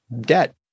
debt